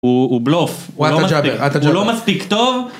הוא בלוף, הוא לא מספיק, הוא לא מספיק טוב?